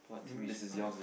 Miss Pride